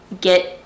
get